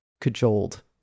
cajoled